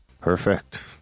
Perfect